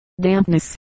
dampness